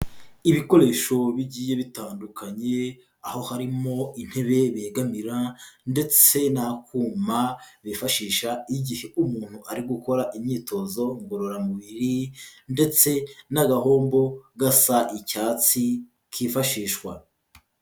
Ibikoresho bigiye bitandukanye, aho harimo intebe begamira ndetse n'akuma bifashisha igihe umuntu ari gukora imyitozo ngororamubiri ndetse n'agahombo gasa icyatsi kifashishwa.